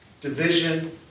division